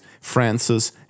Francis